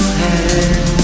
head